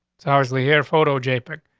so harshly. here, photo j pic.